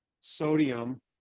sodium